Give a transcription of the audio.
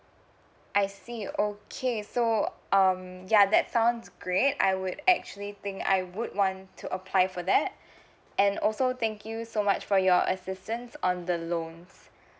I see okay so um ya that sounds great I would actually think I would want to apply for that and also thank you so much for your assistance on the loans